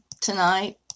tonight